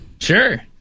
Sure